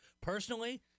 personally